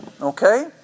okay